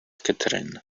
catherine